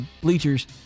bleachers